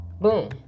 Boom